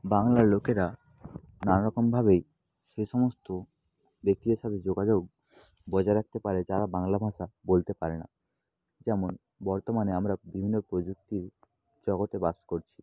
বাংলার লোকেরা নানা রকমভাবেই সে সমস্ত ব্যক্তিদের সাথে যোগাযোগ বজায় রাখতে পারে যারা বাংলা ভাষা বলতে পারে না যেমন বর্তমানে আমরা বিভিন্ন প্রযুক্তির জগতে বাস করছি